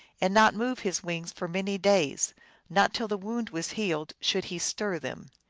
and not move his wings for many days not till the wound was healed should he stir them.